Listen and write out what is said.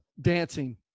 dancing